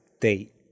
date